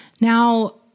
Now